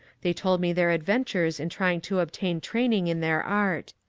they told me their adventures in trying to obtain training in their art.